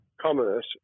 commerce